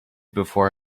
before